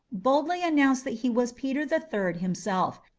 boldly announced that he was peter the third himself,